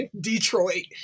Detroit